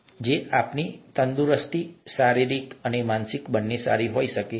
શું આપણી તંદુરસ્તી શારીરિક અને માનસિક બંને સારી હોઈ શકે